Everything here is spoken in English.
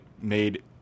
made